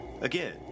Again